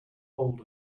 old